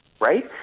right